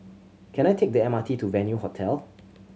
can I take the M R T to Venue Hotel